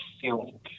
feeling